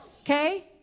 Okay